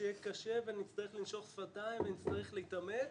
שיהיה קשה ונצטרך לנשוך שפתיים ונצטרך להתאמץ,